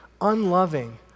unloving